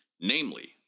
namely